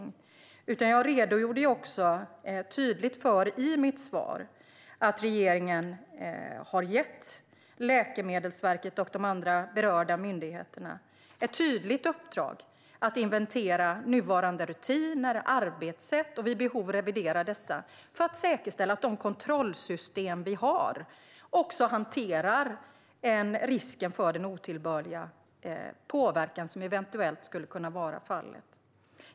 I mitt svar redogjorde jag för att regeringen har gett Läkemedelsverket och de andra berörda myndigheterna ett tydligt uppdrag att inventera nuvarande rutiner och arbetssätt och vid behov revidera dessa för att säkerställa att de kontrollsystem vi har också hanterar risken för otillbörlig påverkan.